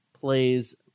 plays